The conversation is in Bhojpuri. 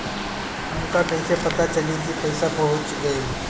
हमके कईसे पता चली कि पैसा पहुच गेल?